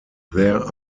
there